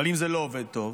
אבל אם זה לא עובד טוב,